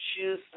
choose